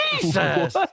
Jesus